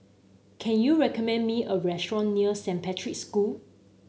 can you recommend me a restaurant near Saint Patrick's School